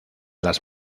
las